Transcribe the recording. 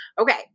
Okay